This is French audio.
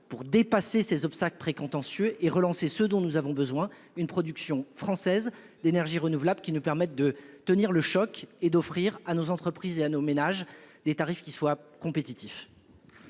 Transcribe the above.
pour dépasser ces obstacles précontentieux et relancé ce dont nous avons besoin une production française d'énergies renouvelables qui nous permettent de tenir le choc est d'offrir à nos entreprises et nos ménages des tarifs qui soient compétitifs.--